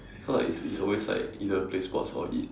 so like it's it's always either play sports or eat